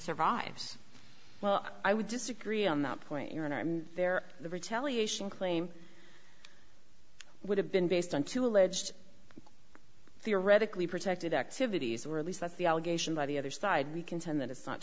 survives well i would disagree on that point you're unarmed there the retaliation claim would have been based on two alleged theoretically protected activities or at least that's the allegation by the other side we contend that it's not